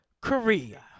Korea